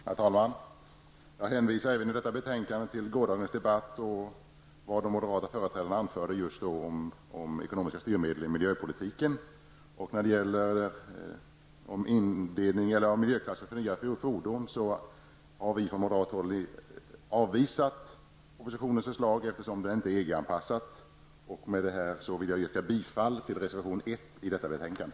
Herr talman! Jag hänvisar även i detta betänkande till gårdagens debatt och till vad de moderata företrädarna anförde om ekonomiska styrmedel i miljöpolitiken. När det gäller miljöklasser för nya fordon har vi moderater avvisat propositionens förslag, eftersom det inte är EG-anpassat. Med det vill jag yrka bifall till reservation 1 i detta betänkande.